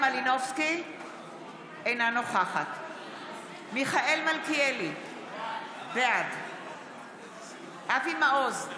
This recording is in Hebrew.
אינה נוכחת מיכאל מלכיאלי, בעד אבי מעוז,